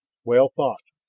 well thought!